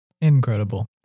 Incredible